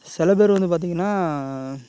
சில பேர் வந்து பார்த்திங்கன்னா